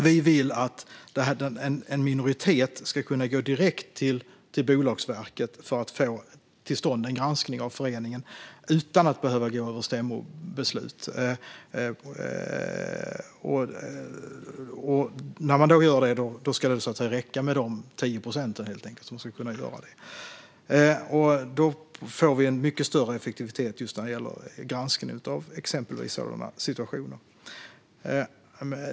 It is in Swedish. Vi vill att en minoritet ska kunna gå direkt till Bolagsverket för att få till stånd en granskning av föreningen utan att behöva ha ett stämmobeslut. Det ska räcka med 10 procent. Då blir det en mycket större effektivitet i granskningen av exempelvis sådana situationer som har nämnts.